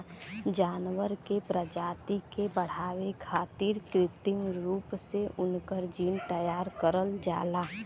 जानवर के प्रजाति के बढ़ावे खारित कृत्रिम रूप से उनकर जीन तैयार करल जाला